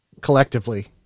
collectively